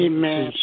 Amen